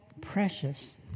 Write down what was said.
precious